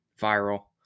viral